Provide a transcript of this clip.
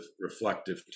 reflective